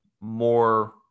more